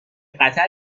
قطر